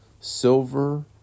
silver